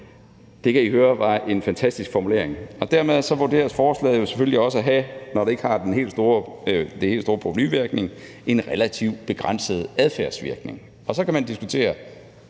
Det kan I høre var en fantastisk formulering. Dermed vurderes forslaget jo selvfølgelig også at have, når det ikke har det helt store provenuvirkning, en relativt begrænset adfærdsvirkning. Så kan man diskutere,